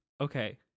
okay